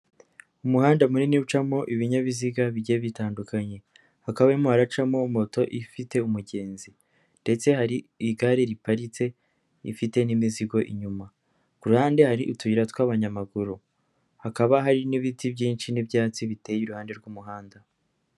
Umuhanda munini ucamo ibinyabiziga bigiye bitandukanye hakabamo harimo haracamo moto ifite umugenzi ndetse hari igare riparitse rifite n'imizigo inyuma, ku rande hari utuyira tw'abanyamaguru hakaba hari n'ibiti byinshi n'ibyatsi biteye iruhande rw'umuhanda.